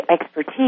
expertise